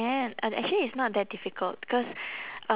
ya and actually it's not that difficult cause um